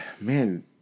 Man